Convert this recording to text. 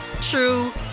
true